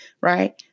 Right